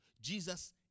Jesus